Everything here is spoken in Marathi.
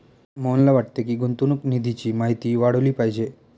मोहनला वाटते की, गुंतवणूक निधीची माहिती वाढवली पाहिजे